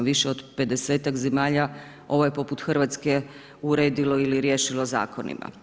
Više od 50-ak zemalja ovo je poput Hrvatske uredilo ili riješilo zakonima.